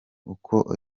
uko